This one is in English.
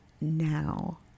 now